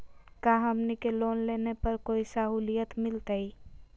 का हमनी के लोन लेने पर कोई साहुलियत मिलतइ?